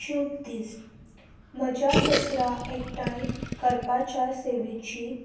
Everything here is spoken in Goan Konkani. शूभ दीस म्हज्या कचरा एकठांय करपाच्या सेवेची